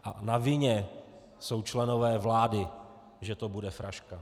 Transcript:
A na vině jsou členové vlády, že to bude fraška.